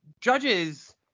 judges